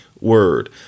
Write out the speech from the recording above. word